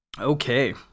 Okay